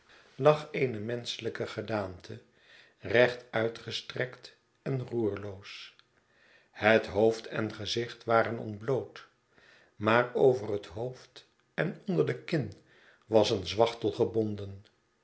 lag eene menschelijke gedaante recht uitgestrekt en roerloos het hoofd en gezicht waren ontbloot maar over het hoofd en onder de kin was een zwachtel gebonden